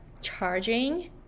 charging